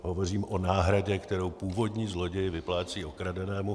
Hovořím o náhradě, kterou původní zloděj vyplácí okradenému.